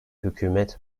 hükümet